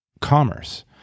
commerce